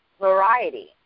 variety